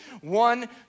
One